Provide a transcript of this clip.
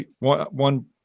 one